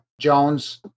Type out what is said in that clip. Jones